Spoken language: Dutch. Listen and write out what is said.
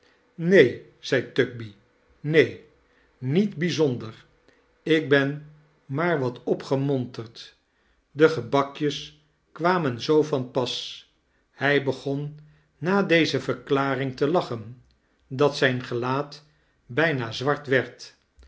neen zei tugby neen niet bijzonder ik ben maar wat opgemonterd de gebakjes kwamen zoo van pas hij begon na deze verklaring te lachen dat zijn gelaat bijna zwart werd